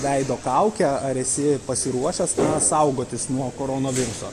veido kaukę ar esi pasiruošęs saugotis nuo koronaviruso